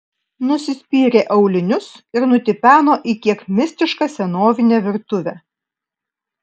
nusispyrė aulinius ir nutipeno į kiek mistišką senovinę virtuvę